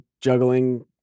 juggling